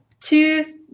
two